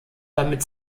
damit